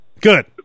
Good